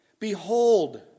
Behold